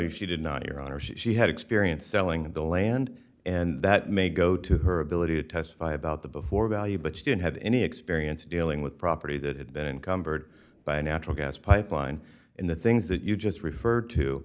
if she did not your honor she had experience selling the land and that may go to her ability to testify about the before value but she didn't have any experience dealing with property that had been encumbered by a natural gas pipeline in the things that you just referred to